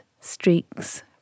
streaks